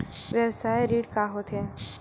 व्यवसाय ऋण का होथे?